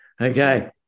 Okay